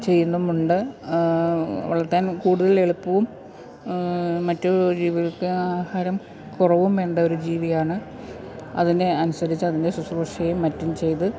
ചെയ്യുന്നുമുണ്ട് വളർത്താൻ കൂടുതൽ എളുപ്പവും മറ്റ് ജീവികൾക്ക് ആഹാരം കുറവും വേണ്ട ഒരു ജീവിയാണ് അതിന് അനുസരിച്ച് അതിൻ്റെ ശുശ്രൂഷയും മറ്റും ചെയ്ത്